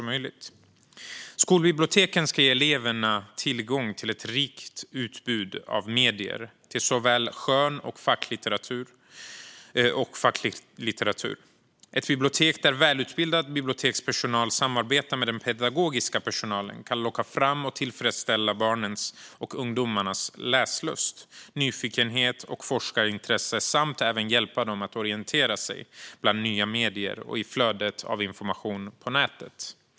Skolbiblioteken ska ge eleverna tillgång till ett rikt utbud av medier och såväl skön som facklitteratur. Ett bibliotek där välutbildad bibliotekspersonal samarbetar med den pedagogiska personalen kan locka fram och tillfredsställa barnens och ungdomarnas läslust, nyfikenhet och forskarintresse samt även hjälpa dem att orientera sig bland nya medier och i flödet av information på nätet.